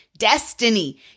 Destiny